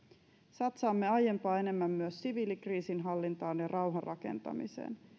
satsaamme aiempaa enemmän myös siviilikriisinhallintaan ja rauhan rakentamiseen